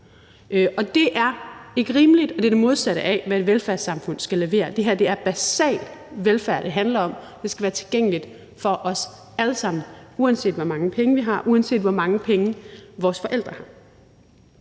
Og det er ikke rimeligt – det er det modsatte af, hvad et velfærdssamfund skal levere. Det er basal velfærd, det handler om, og den skal være tilgængelig for os alle sammen, uanset hvor mange penge vi har, og uanset hvor mange penge vores forældre har.